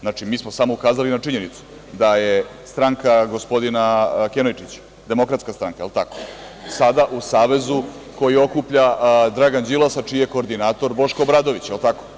Znači, mi smo samo ukazali na činjenicu da je stranka gospodina Kenojčića, DS, el tako, sada u savezu koji okuplja Dragan Đilas, a čiji je koordinator Boško Obradović, jel tako?